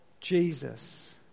Jesus